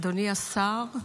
אדוני השר,